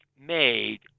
made